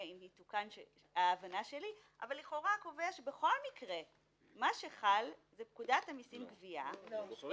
קובע שבכל מקרה מה שחל זה פקודת המסים (גבייה) -- לא.